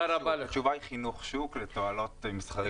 התשובה היא, חינוך שוק לתועלות מסחריות.